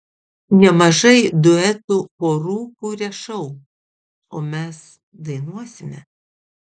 nemažai duetų porų kuria šou o mes dainuosime